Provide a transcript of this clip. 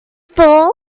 fool